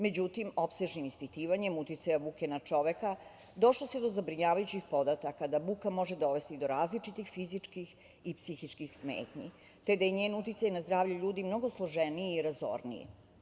Međutim, opsežnim ispitivanjem uticaja buke na čoveka došlo se do zabrinjavajućih podataka da buka može dovesti do različitih fizičkih i psihičkih smetnji, te da je njen uticaj na zdravlje ljudi mnogo složeniji i razorniji.